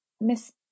Miss